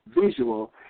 visual